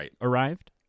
arrived